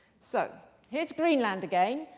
so here's greenland again.